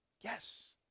Yes